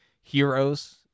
heroes